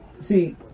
See